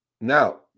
Now